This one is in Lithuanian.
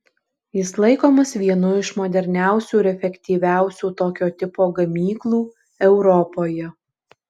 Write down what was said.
jis laikomas vienu iš moderniausių ir efektyviausių tokio tipo gamyklų europoje